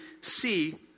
see